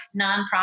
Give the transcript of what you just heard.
nonprofit